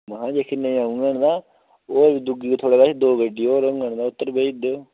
महा जेह्के नेईं औंगन तां होर दूई थुआढ़े कच्छ दो गड्डी और होंगन तां उत्त उप्पर बेही जंदे ओह्